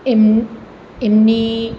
એમ એમની